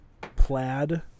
plaid